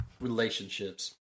relationships